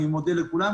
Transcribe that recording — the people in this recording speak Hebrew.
אני מודה לכולם,